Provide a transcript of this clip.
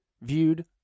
viewed